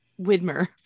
Widmer